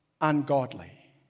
ungodly